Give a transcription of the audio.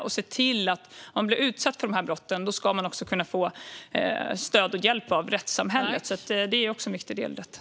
Om man blir utsatt för de här brotten ska man också kunna få stöd och hjälp av rättssamhället. Det är också en viktig del i detta.